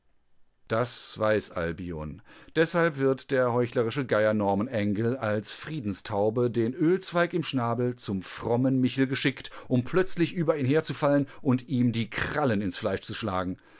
das weiß albion deshalb wird der heuchlerische geier norman angell als friedenstaube den ölzweig im schnabel zum frommen michel geschickt um plötzlich über ihn herzufallen und ihm die krallen ins fleisch zu schlagen